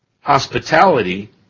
hospitality